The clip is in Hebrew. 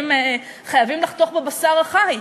חייבים לחתוך בבשר החי.